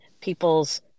people's